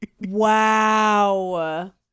Wow